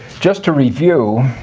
just to review,